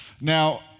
Now